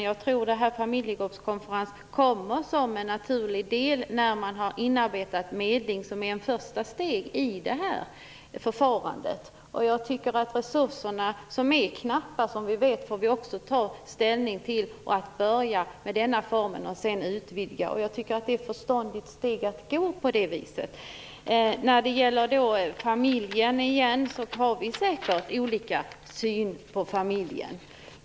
Jag tror att familjegruppskonferenserna kommer som en naturlig del när medlingen, som är ett första steg i förfarandet, är inarbetad. Vi vet att resurserna är knappa, så dem får vi ta ställning till. Vi får börja med denna form och sedan utvidga. Jag tycker att det är förståndigt att göra på det viset. När det gäller familjen har vi säkert olika syn.